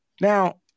Now